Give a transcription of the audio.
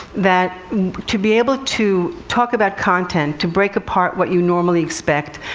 that to be able to talk about content, to break apart what you normally expect,